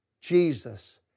Jesus